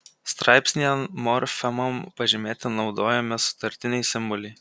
straipsnyje morfemom pažymėti naudojami sutartiniai simboliai